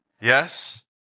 Yes